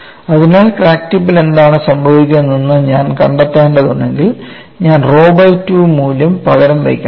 അതിനാൽ ക്രാക്ക് ടിപ്പിൽ എന്താണ് സംഭവിക്കുന്നതെന്ന് ഞാൻ കണ്ടെത്തേണ്ടതുണ്ടെങ്കിൽ ഞാൻ റോ ബൈ 2 മൂല്യം പകരം വയ്ക്കണം